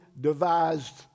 devised